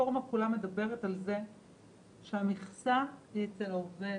הרפורמה כולה מדברת על זה שהמכסה היא אצל העובד,